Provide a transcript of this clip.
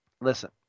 Listen